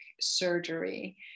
surgery